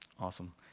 Awesome